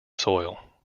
soil